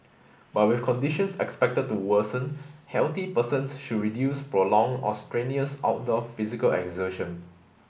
but with conditions expected to worsen healthy persons should reduce prolonged or strenuous outdoor physical exertion